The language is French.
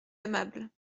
aimable